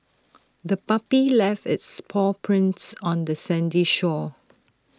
the puppy left its paw prints on the sandy shore